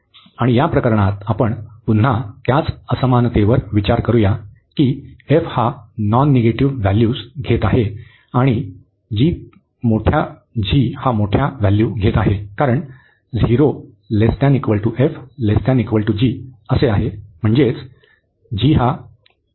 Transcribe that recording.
आणि या प्रकरणात आपण पुन्हा त्याच असमानतेवर विचार करूया की f हा नॉन निगेटिव्ह व्हॅल्यू घेत आहे आणि g मोठ्या व्हॅल्यू घेत आहे कारण 0≤f≤g आहे